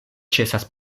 ĉesas